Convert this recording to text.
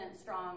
strong